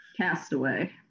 Castaway